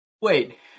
Wait